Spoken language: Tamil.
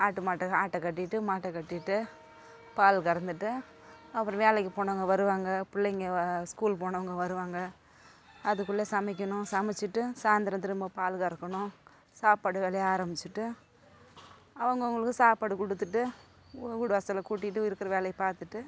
ஆட்டு மாட்டை ஆட்டை கட்டிவிட்டு மாட்டை கட்டிவிட்டு பால் கறந்துவிட்டு அப்புறம் வேலைக்கு போனவங்க வருவாங்க பிள்ளைங்க வ ஸ்கூல் போனவங்க வருவாங்க அதுக்குள்ளே சமைக்கணும் சமைச்சுட்டு சாயந்திரம் திரும்ப பால் கறக்கணும் சாப்பாடு வேலையை ஆரம்பிச்சுட்டு அவங்க அவங்களுக்கும் சாப்பாடு கொடுத்துட்டு வீடு வாசலில் கூட்டிவிட்டு இருக்கிற வேலையை பார்த்துட்டு